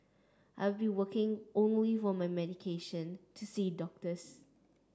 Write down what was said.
I'd be working only for my medication to see doctors